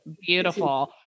beautiful